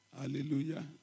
Hallelujah